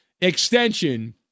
extension